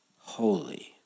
holy